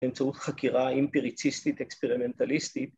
‫באמצעות חקירה אימפריציסטית, ‫אקספרימנטליסטית.